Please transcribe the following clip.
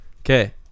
okay